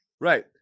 right